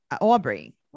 Aubrey